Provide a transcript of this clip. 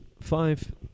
five